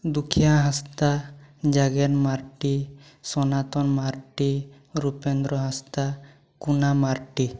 Dukhia Hansda Jagen Marndi Sanatan Marndi Rupendra Hansda Kuna Marti